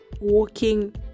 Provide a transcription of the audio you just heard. walking